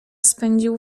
spędził